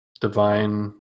divine